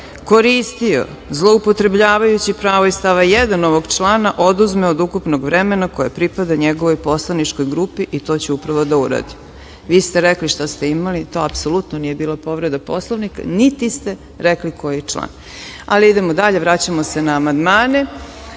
koristio, zloupotrebljavajući prava iz stava 1. ovog člana, oduzme od ukupnog vremena koje pripada njegovoj poslaničkoj grupi i to ću upravo da uradim. Vi ste rekli šta ste imali i to apsolutno nije bila povreda Poslovnika, niti ste rekli koji član. Po Poslovniku, narodni poslanik